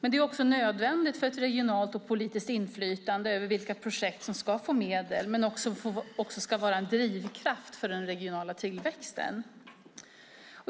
Det är också nödvändigt för att få ett regionalt och politiskt inflytande över vilka projekt som ska få medel och även vara en drivkraft för den regionala tillväxten.